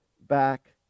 back